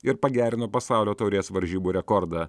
ir pagerino pasaulio taurės varžybų rekordą